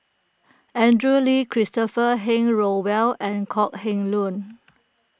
Andrew Lee Christopher Henry Rothwell and Kok Heng Leun